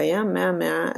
קיים מהמאה ה-16.